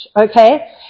okay